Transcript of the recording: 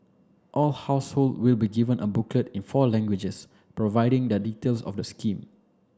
all household will also be given a booklet in four languages providing the details of the scheme